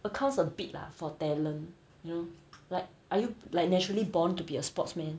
accounts a bit lah for talent you know like are you like naturally born to be a sportsman